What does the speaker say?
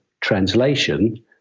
translation